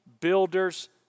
builders